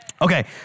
Okay